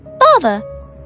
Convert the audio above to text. Father